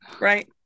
right